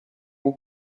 will